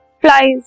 flies